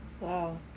Wow